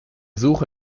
suche